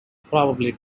probably